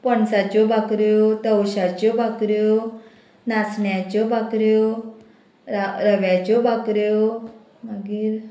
पणसाच्यो बाकऱ्यो तवशाच्यो बाकऱ्यो नाचण्याच्यो बाकऱ्यो रा रव्याच्यो बाकऱ्यो मागीर